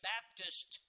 Baptist